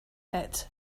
ferret